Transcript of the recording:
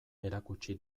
erakutsi